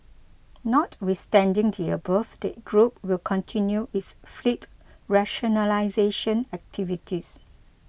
notwithstanding the above the group will continue its fleet rationalisation activities